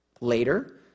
Later